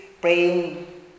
praying